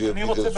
שיביא לתשומת